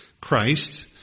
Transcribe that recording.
Christ